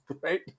right